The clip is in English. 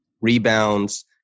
Rebounds